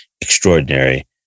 extraordinary